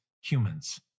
humans